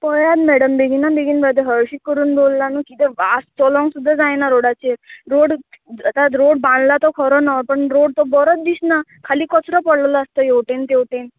पळयात मॅडम बेगिना बेगीन बाय तें हळशी करून दवरलां न्हू किदें वास चलो सुद्दां जायना रोडाचेर रोड आतां रोड बांदला तो खरो नवो पण रोड तो बरोत दिसना खाली कचरो पडलोलो आसता हेवटेन तेवटेन